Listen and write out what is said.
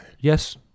Yes